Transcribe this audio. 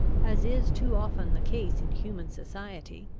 as is too often the case in human society,